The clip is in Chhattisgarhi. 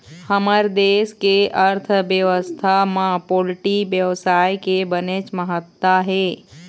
हमर देश के अर्थबेवस्था म पोल्टी बेवसाय के बनेच महत्ता हे